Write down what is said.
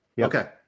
Okay